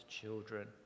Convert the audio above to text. children